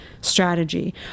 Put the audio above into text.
strategy